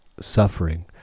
suffering